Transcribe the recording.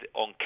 on